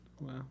Wow